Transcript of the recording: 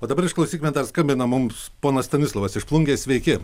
o dabar išklausykime dar skambina mums ponas stanislovas iš plungės sveiki